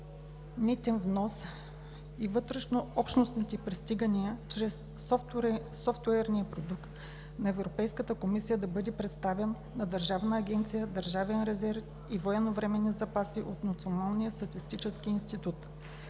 нетен внос и вътрешнообщностни пристигания, чрез софтуерния продукт на Европейската комисия, да бъде представян на Държавна агенция „Държавен резерв и военновременни запаси“ от Националния статистически институт.